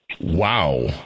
Wow